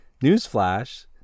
Newsflash